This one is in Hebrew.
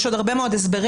יש עוד הרבה מאוד הסברים,